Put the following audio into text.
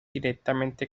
directamente